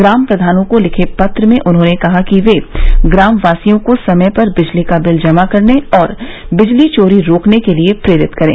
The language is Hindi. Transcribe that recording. ग्राम प्रधानों को लिखे पत्र में उन्होंने कहा कि वे ग्रामवासियों को समय पर बिजली का बिल जमा करने और बिजली चोरी रोकने के लिए प्रेरित करें